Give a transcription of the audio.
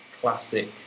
classic